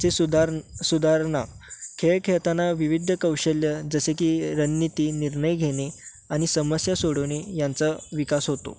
चे सुधार सुधारणा खेळ खेळताना विविध कौशल्यं जसे की रणनीती निर्णय घेणे आणि समस्या सोडवणे यांचा विकास होतो